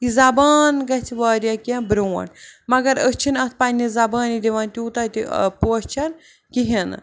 یہِ زبان گژھہِ واریاہ کیٚنٛہہ برٛونٛٹھ مگر أسۍ چھِنہٕ اَتھ پننہِ زبانہِ دِوان تیٛوتاہ تہِ ٲں پوچھَر کِہیٖنۍ نہٕ